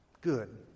good